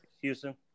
Houston